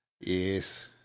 Yes